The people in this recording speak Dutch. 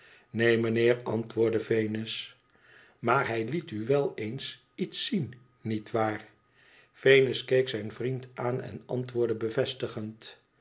neen mijnheer antwoordde venus maar hij liet u wel eens iets zien niet waar venus keek zijn vriend aan en antwoordde bevestigend